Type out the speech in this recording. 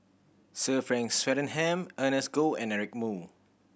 Sir Frank Swettenham Ernest Goh and Eric Moo